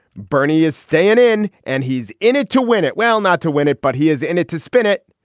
bernie is staying in and he's in it to win it. well, not to win it, but he is in it to spin it.